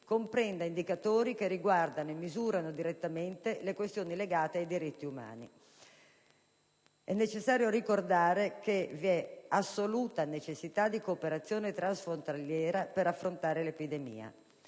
comprenda indicatori che riguardano e misurano direttamente le questioni legate ai diritti umani. È infine necessario ricordare che vi è assoluta necessità di cooperazione transfrontaliera per affrontare l'epidemia.